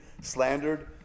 slandered